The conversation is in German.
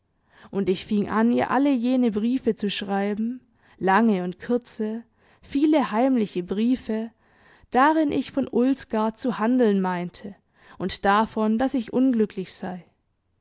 und ich fing an ihr alle jene briefe zu schreiben lange und kurze viele heimliche briefe darin ich von ulsgaard zu handeln meinte und davon daß ich unglücklich sei